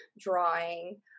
drawing